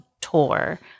tour